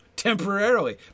temporarily